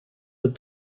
but